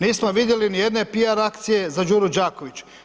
Nismo vidjeli nijedne PR akcije za Đuru Đakovića.